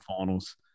finals